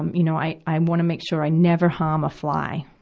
um you know, i i wanna make sure i never harm a fly.